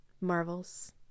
Marvels